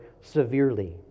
severely